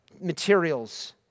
materials